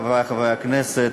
חברי חברי הכנסת,